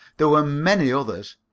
there were many others.